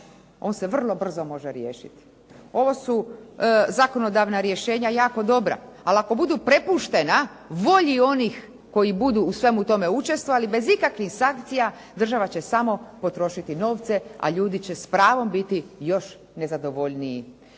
on se vrlo brzo može riješiti. Ova su zakonodavna rješenja jako dobra, ali ako budu prepuštena volji onih koji budu u svemu tome učestvovali bez ikakvih sankcija država će samo potrošiti novce, a ljudi će s pravom biti još nezadovoljniji.